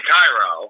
Cairo